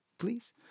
please